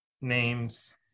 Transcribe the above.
names